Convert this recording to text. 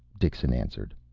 dixon answered.